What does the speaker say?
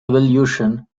evolution